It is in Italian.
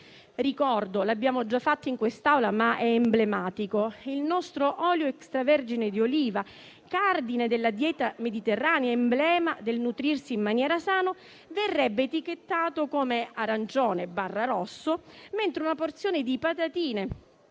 ricordo ancora, perché è emblematico: il nostro olio extravergine di oliva, cardine della dieta mediterranea, emblema del nutrirsi in maniera sana, verrebbe etichettato come arancione-rosso, mentre una porzione di patatine,